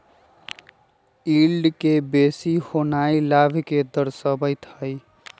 yield के बेशी होनाइ लाभ के दरश्बइत हइ